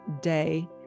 day